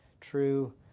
True –